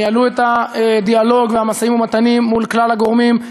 ניהלו את הדיאלוג והמשאים-ומתנים מול כלל הגורמים,